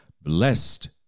blessed